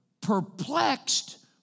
perplexed